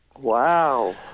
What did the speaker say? Wow